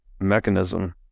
mechanism